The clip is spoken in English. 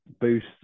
boost